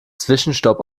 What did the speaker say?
zwischenstopp